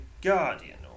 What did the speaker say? guardian